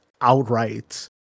outright